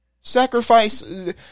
Sacrifice